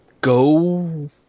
go